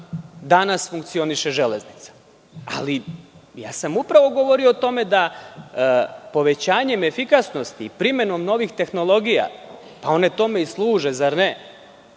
danas funkcioniše železnica. Ali, ja sam upravo govorio o tome da povećanjem efikasnosti i primenom novih tehnologija, povećavamo efikasnost,